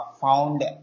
found